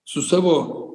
su savo